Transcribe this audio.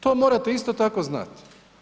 To morate isto tako znati.